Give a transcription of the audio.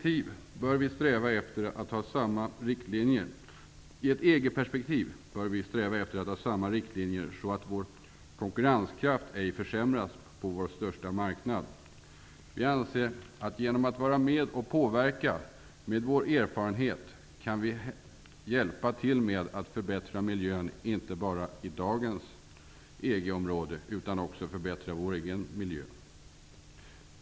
I EG-perspektiv bör vi sträva efter att ha samma riktlinjer, så att vår konkurrenskraft ej försämras på vår största marknad. Vi anser att genom att vara med och påverka med vår erfarenhet kan vi hjälpa till med att förbättra miljön inte bara i dagens EG område utan också förbättra vår egen miljö.